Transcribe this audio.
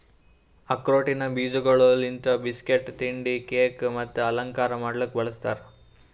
ಆಕ್ರೋಟಿನ ಬೀಜಗೊಳ್ ಲಿಂತ್ ಬಿಸ್ಕಟ್, ತಿಂಡಿ, ಕೇಕ್ ಮತ್ತ ಅಲಂಕಾರ ಮಾಡ್ಲುಕ್ ಬಳ್ಸತಾರ್